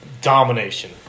domination